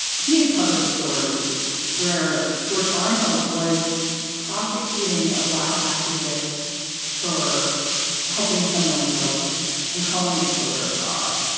he had covered a story where george barnhill was prosecuting a black activist for helping someone vote and calling it voter fraud.